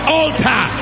altar